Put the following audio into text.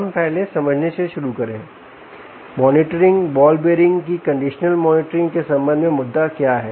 हम पहले समझने से शुरू करें मॉनिटरिंगबॉल बीयरिंग की कंडीशनल मॉनिटरिंग के संबंध में मुद्दा क्या है